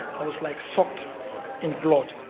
i was like soaked in blood.